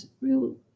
real